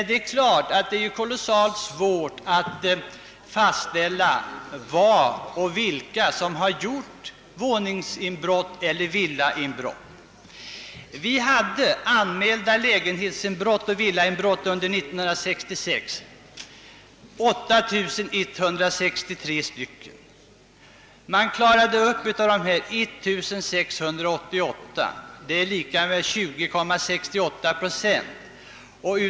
Det är givetvis kolossalt svårt att fastställa vem som har gjort våningseller villainbrott. Under år 1966 anmäldes 8 163 lägenhetsoch villainbrott. Av dessa klarade man upp 1 688, vilket innebär 20,68 procent.